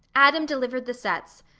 adam delivered the sets,